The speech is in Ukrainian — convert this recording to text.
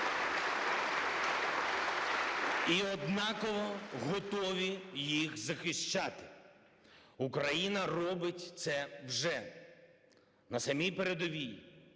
І однаково готові їх захищати. Україна робить це вже на самій передовій,